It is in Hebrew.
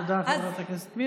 תודה, חברת הכנסת מירי.